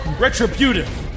Retributive